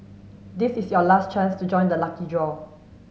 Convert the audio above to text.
this is your last chance to join the lucky draw